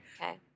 Okay